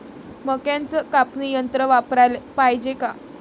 मक्क्याचं कापनी यंत्र वापराले पायजे का?